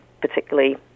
particularly